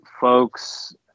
folks